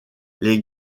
les